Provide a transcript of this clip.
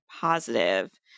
positive